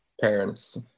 parents